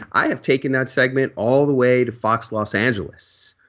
i have taken that segment all the way to fox los angeles.